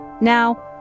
Now